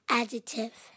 adjective